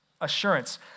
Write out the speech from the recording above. Assurance